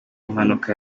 mpanuka